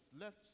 left